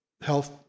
health